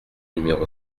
numéro